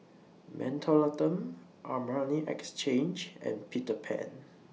Mentholatum Armani Exchange and Peter Pan